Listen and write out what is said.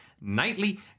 nightly